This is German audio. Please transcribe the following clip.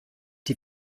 die